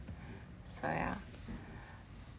so ya